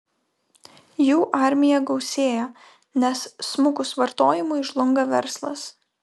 jų armija gausėja nes smukus vartojimui žlunga verslas